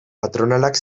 patronalak